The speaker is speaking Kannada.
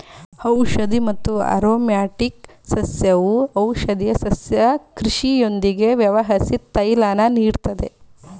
ಔಷಧಿ ಮತ್ತು ಆರೊಮ್ಯಾಟಿಕ್ ಸಸ್ಯವು ಔಷಧೀಯ ಸಸ್ಯ ಕೃಷಿಯೊಂದಿಗೆ ವ್ಯವಹರ್ಸಿ ತೈಲನ ನೀಡ್ತದೆ